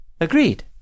Agreed